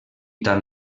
tan